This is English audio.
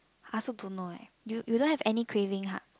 I also don't know eh you you don't have any craving ah